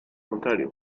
contrario